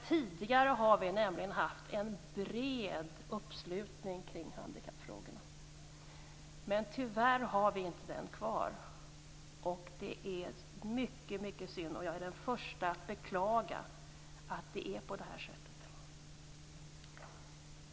Tidigare har vi nämligen haft en bred uppslutning kring handikappfrågorna, men tyvärr finns den inte kvar. Det är mycket synd. Jag är den första att beklaga att det är på detta sätt.